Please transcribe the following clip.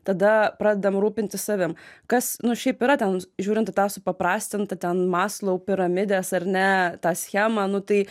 tada pradedam rūpintis savim kas nu šiaip yra ten žiūrint į tą supaprastintą ten maslau piramidės ar ne tą schemą nu tai